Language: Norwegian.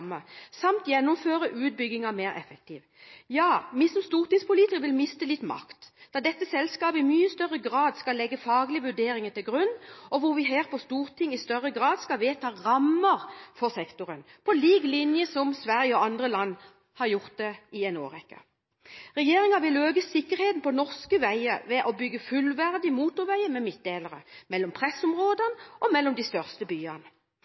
samt gjennomføre utbyggingen mer effektivt. Ja, vi som stortingspolitikere vil miste litt makt, for dette selskapet skal i mye større grad legge faglige vurderinger til grunn, og her på Stortinget skal vi i større grad vedta rammer for sektoren, på lik linje med hvordan Sverige og andre land har gjort det i en årrekke. Regjeringen vil øke sikkerheten på norske veier ved å bygge fullverdige motorveier med midtdelere, mellom pressområdene og mellom de største byene.